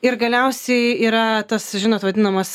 ir galiausiai yra tas žinot vadinamas